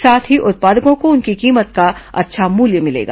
साथ ही उत्पादकों को उनकी कीमत का अच्छा मूल्य मिलेगा